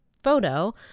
photo